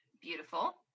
beautiful